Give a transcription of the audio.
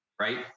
right